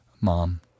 mom